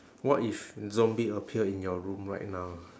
what if zombie appear in your room right now